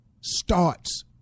starts